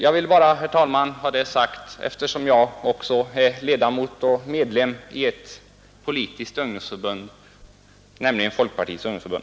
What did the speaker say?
Jag ville ha detta sagt, herr talman, eftersom också jag liksom herr Björck och herr Gustavsson är medlem av ett politiskt ungdomsförbund, nämligen Folkpartiets ungdomsförbund.